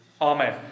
Amen